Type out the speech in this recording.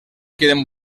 quieren